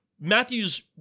Matthew's